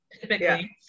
typically